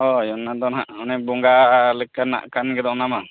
ᱦᱳᱭ ᱚᱱᱟ ᱫᱚ ᱱᱟᱦᱟᱜ ᱚᱱᱮ ᱵᱚᱸᱜᱟ ᱞᱮᱠᱟᱱᱟᱜ ᱠᱟᱱ ᱜᱮᱫᱚ ᱚᱱᱟᱢᱟ